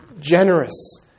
generous